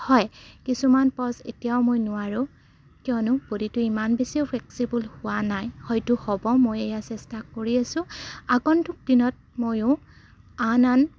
হয় কিছুমান প'জ এতিয়াও মই নোৱাৰোঁ কিয়নো ব'ডিটো ইমান বেছিও ফ্লেক্সিবল হোৱা নাই হয়তো হ'ব মই এয়া চেষ্টা কৰি আছোঁ আগন্তুক দিনত ময়ো আন আন